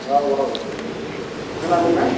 औ औ खोनादोंना